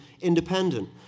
independent